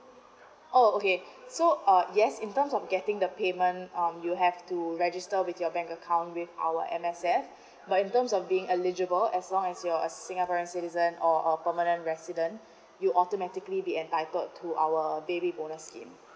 orh okay so uh yes in terms of getting the payment um you have to register with your bank account with our M_S_F but in terms of being eligible as long as you're a singaporean citizen or a permanent resident you automatically be entitled to our baby bonus scheme